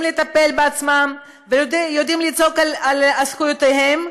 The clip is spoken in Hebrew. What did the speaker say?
לטפל בעצמם ויודעים לצעוק על זכויותיהם,